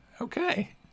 Okay